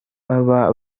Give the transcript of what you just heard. baba